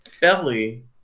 belly